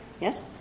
Yes